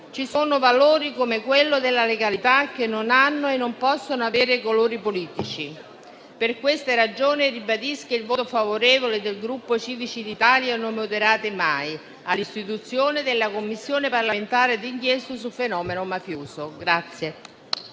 ci sono valori come quello della legalità che non hanno e non possono avere colori politici. Per queste ragioni ribadisco il voto favorevole del Gruppo Civici d'Italia-Noi Moderati-MAIE all'istituzione della Commissione parlamentare di inchiesta sul fenomeno mafioso.